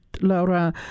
Laura